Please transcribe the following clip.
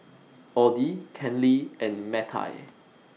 Audie Kenley and Mattye